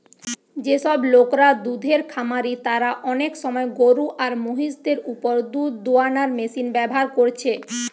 যেসব লোকরা দুধের খামারি তারা অনেক সময় গরু আর মহিষ দের উপর দুধ দুয়ানার মেশিন ব্যাভার কোরছে